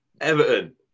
Everton